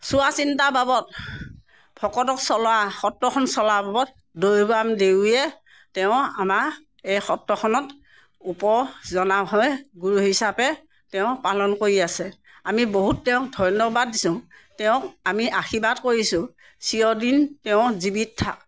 চোৱা চিন্তা বাবদ ভকতক চলা সত্ৰখন চলা বাবদ দৈবাম দেউৰীয়ে তেওঁ আমাৰ এই সত্ৰখনত ওপৰ জনাভাৱে গুৰু হিচাপে তেওঁ পালন কৰি আছে আমি বহুত তেওঁক ধন্যবাদ দিছোঁ তেওঁক আমি আশীৰ্বাদ কৰিছোঁ চিৰদিন তেওঁ জীৱিত থাকক